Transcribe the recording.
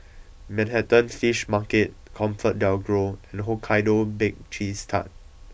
Manhattan Fish Market ComfortDelGro and Hokkaido Baked Cheese Tart